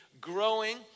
growing